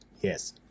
Yes